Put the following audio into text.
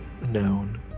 known